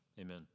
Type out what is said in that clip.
Amen